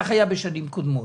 כך היה בשנים קודמות.